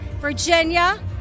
Virginia